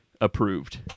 approved